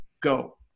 go